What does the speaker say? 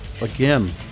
Again